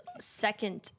second